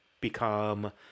become